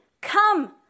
come